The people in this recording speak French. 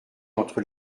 entre